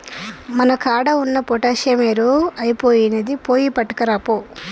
మన కాడ ఉన్న పొటాషియం ఎరువు ఐపొయినింది, పోయి పట్కరాపో